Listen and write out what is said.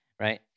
Right